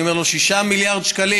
ואני אומר לו: 6 מיליארד שקלים,